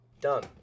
done